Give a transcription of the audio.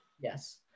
Yes